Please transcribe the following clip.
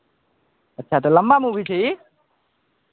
अच्छा तऽ लम्बा मूवी छै ई